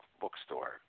bookstore